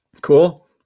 cool